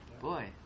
boy